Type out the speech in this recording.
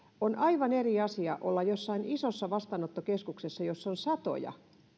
on aivan eri asia olla jossain isossa vastaanottokeskuksessa jossa on satoja